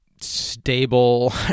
stable